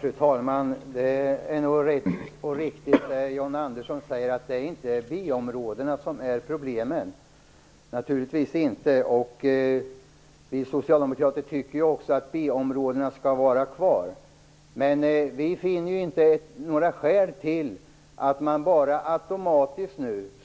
Fru talman! Det är nog rätt och riktigt som John Andersson säger att det inte är B-områdena som är problemet. Vi socialdemokrater tycker också att B områdena skall finnas kvar. Vi finner inga skäl till att man automatiskt